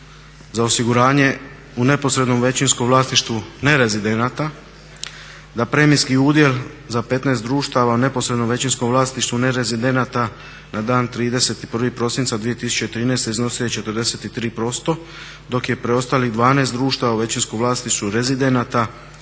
za osiguranje u neposrednom većinskom vlasništvu nerezidenata, da premijski udjel za 15 društava u neposrednom većinskom vlasništvu nerezidenata na dan 31. prosinca 2013. iznosio je 43% dok je preostalih 12 društava u većinskom vlasništvu rezidenata